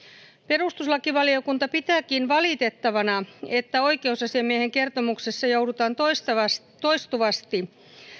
perustuslakivaliokunta pitääkin valitettavana että oikeusasiamiehen kertomuksessa joudutaan toistuvasti toistuvasti